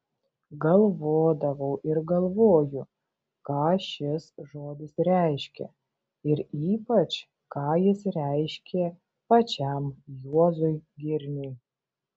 galvodavau ir galvoju ką šis žodis reiškia ir ypač ką jis reiškė pačiam juozui girniui